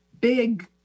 big